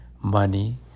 money